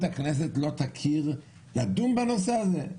הכנסת לא תכיר בזה שצריך לדון בנושא הזה?